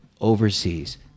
overseas